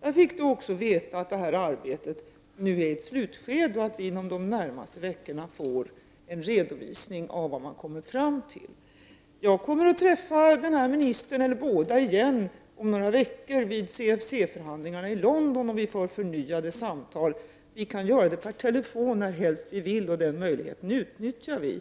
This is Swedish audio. Jag fick då veta att arbetet nu är i slutskedet och att vi under de närmaste veckorna får en redovisning av vad man har kommit fram till. Jag kommer att träffa båda dessa ministrar igen om några veckor vid CFC förhandlingarna i London och då få samtal med dem. Vi kan göra det per telefon också närhelst vi vill, och den möjligheten utnyttjar vi.